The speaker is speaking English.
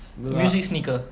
music sneaker